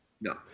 No